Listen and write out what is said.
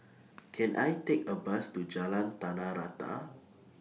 Can I Take A Bus to Jalan Tanah Rata